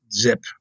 zip